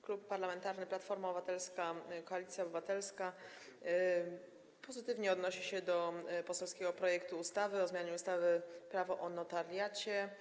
Klub Parlamentarny Platforma Obywatelska - Koalicja Obywatelska pozytywnie odnosi się do poselskiego projektu ustawy o zmianie ustawy Prawo o notariacie.